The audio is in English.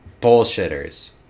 bullshitters